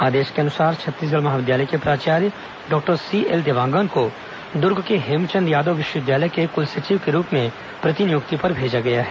आदेश के अनुसार छत्तीसगढ़ महाविद्यालय के प्राचार्य डॉक्टर सीएल देवांगन को दूर्ग के हेमचंद यादव विश्वविद्यालय के क्लंसचिव के रूप में प्रतिनियुक्ति पर भेजा गया है